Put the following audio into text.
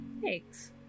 Thanks